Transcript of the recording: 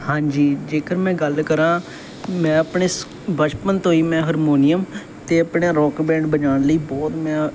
ਹਾਂਜੀ ਜੇਕਰ ਮੈਂ ਗੱਲ ਕਰਾਂ ਮੈਂ ਆਪਣੇ ਬਚਪਨ ਤੋਂ ਹੀ ਮੈਂ ਹਰਮੋਨੀਅਮ ਅਤੇ ਆਪਣਾ ਰੋਕ ਬੈਂਡ ਵਜਾਉਣ ਲਈ ਬਹੁਤ ਮੈਂ